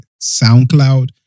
soundcloud